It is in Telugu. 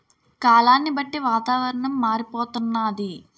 కాలాన్ని బట్టి వాతావరణం మారిపోతన్నాది